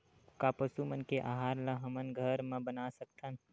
का पशु मन के आहार ला हमन घर मा बना सकथन?